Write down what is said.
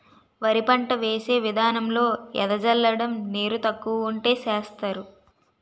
వరి పంట వేసే విదానంలో ఎద జల్లడం నీరు తక్కువ వుంటే సేస్తరు